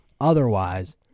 Otherwise